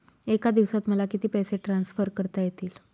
एका दिवसात मला किती पैसे ट्रान्सफर करता येतील?